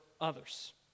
others